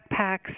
backpacks